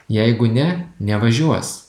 jeigu ne nevažiuos